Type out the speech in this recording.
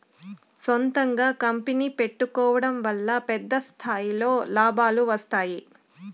సొంతంగా కంపెనీ పెట్టుకోడం వల్ల పెద్ద స్థాయిలో లాభాలు వస్తాయి